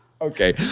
Okay